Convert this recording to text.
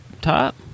top